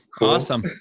awesome